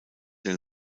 del